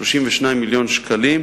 32 מיליון שקלים,